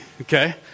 okay